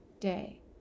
day